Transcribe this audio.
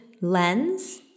lens